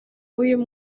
w’uyu